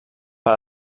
per